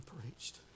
preached